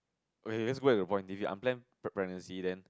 wait where's your point if you unplanned pregnancy then